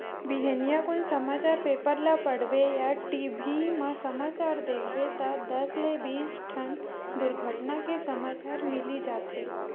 बिहनिया कुन समाचार पेपर ल पड़बे या टी.भी म समाचार देखबे त दस ले बीस ठन दुरघटना के समाचार मिली जाथे